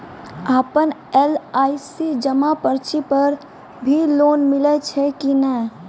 आपन एल.आई.सी जमा पर्ची पर भी लोन मिलै छै कि नै?